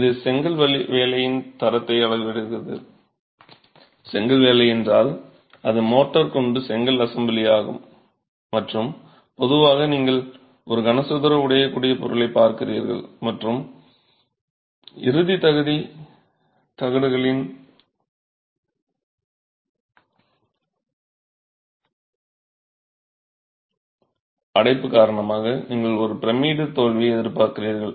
இது செங்கல் வேலையின் தரத்தை அளவிடுகிறது செங்கல் வேலை என்றால் அது மோர்டார் கொண்டு செங்கல் அசெம்பிளி ஆகும் மற்றும் பொதுவாக நீங்கள் ஒரு கனசதுர உடையக்கூடிய பொருளைப் பார்க்கிறீர்கள் மற்றும் இறுதித் தகடுகளின் அடைப்பு காரணமாக நீங்கள் ஒரு பிரமிடு தோல்வியை எதிர்பார்க்கிறீர்கள்